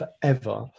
forever